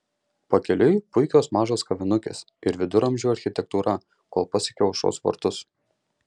pakeliui puikios mažos kavinukės ir viduramžių architektūra kol pasiekiau aušros vartus